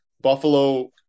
Buffalo